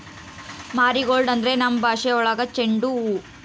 marigold ಅಂದ್ರೆ ನಮ್ ಭಾಷೆ ಒಳಗ ಚೆಂಡು ಹೂವು